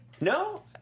No